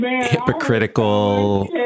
hypocritical